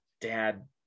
Dad